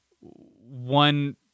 one